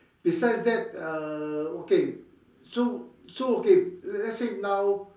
besides that uh okay so so okay let's say now